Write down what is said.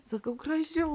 sakau gražiau